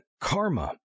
karma